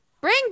bring